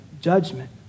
judgment